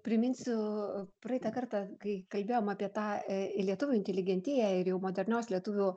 priminsiu praeitą kartą kai kalbėjom apie tą lietuvių inteligentiją ir jau modernios lietuvių